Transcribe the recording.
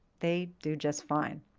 they do just fine.